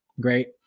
great